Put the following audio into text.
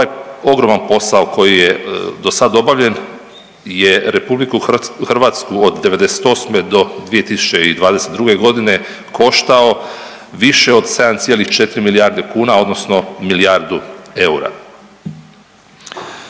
ogroman posao koji je dosada obavljen je RH od '98. do 2022. godine koštao više od 7,4 milijarde kuna odnosno milijardu eura.